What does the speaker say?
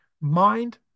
Mind